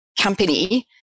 company